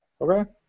Okay